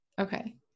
okay